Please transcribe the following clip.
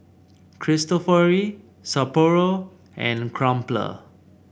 Cristofori Sapporo and Crumpler